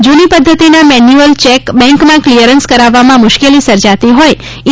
જુની પદ્ધતિના manual cheque બેંકમાં કિલયરન્સ કરાવવામાં મુશ્કેલી સર્જાતી હોઇ ઇ